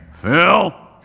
Phil